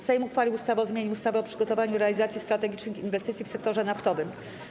Sejm uchwalił ustawę o zmianie ustawy o przygotowaniu i realizacji strategicznych inwestycji w sektorze naftowym.